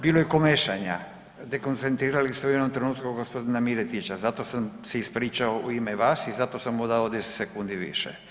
Bilo je i komešanja, dekoncentrirali ste u jednom trenutku g. Miletića, zato sam se ispričao u ime vas i zato sam mu dao 10 sekundi više.